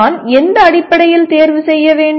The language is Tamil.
நான் எந்த அடிப்படையில் தேர்வு செய்ய வேண்டும்